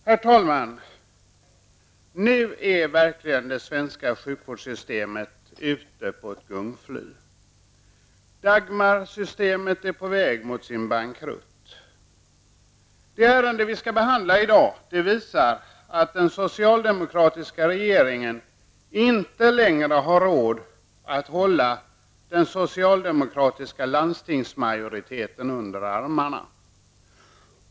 Herr talman! Nu är verkligen det svenska sjukvårdssystemet ute på ett gungfly. Dagmarsystemet är på väg mot sin bankrutt. Det ärende som vi skall behandla i dag visar att den socialdemokratiska regeringen inte längre har råd att hålla den socialdemokratiska landstingsmajoriteten under armarna.